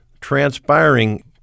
transpiring